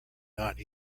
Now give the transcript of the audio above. not